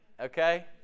Okay